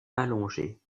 allongé